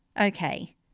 Okay